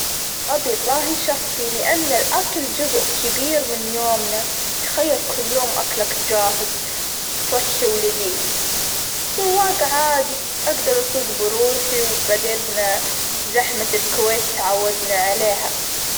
أبي طاهي شخصي لأن الأكل جزء كبير من يومنا، تخيل كل يوم أكلك جاهز صحي، ولدي سواج عادي أجدر أسوج بروحي، وبعدين زحمة الكويت تعودنا عليها.